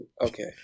Okay